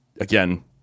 again